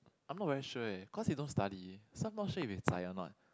I'm not very sure eh cause they don't study so I'm not sure if they zai or not